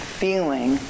feeling